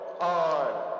on